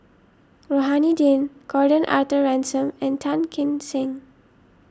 Rohani Din Gordon Arthur Ransome and Tan Kim Seng